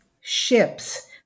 ships